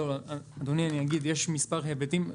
אדוני, יש מספר היבטים.